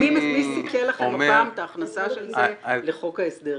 מי סיכל את ההכנסה של זה לחוק ההסדרים?